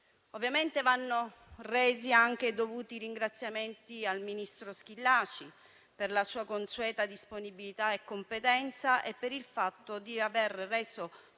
Camera. Vanno qui resi i dovuti ringraziamenti anche al ministro Schillaci, per la sua consueta disponibilità e competenza e per il fatto di aver reso